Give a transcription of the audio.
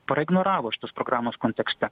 praignoravo šitos programos kontekste